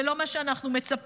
זה לא מה שאנחנו מצפים.